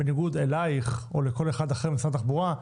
בניגוד אלייך או לכל אחד אחר במשרד התחבורה,